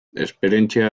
esperientzia